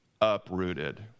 uprooted